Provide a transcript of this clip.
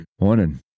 morning